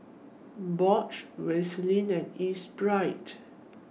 Bosch Vaseline and Espirit